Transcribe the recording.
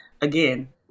again